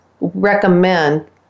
recommend